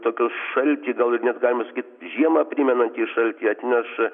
tokios šaltį gal net galima sakyti žiemą primenantį šaltį atneš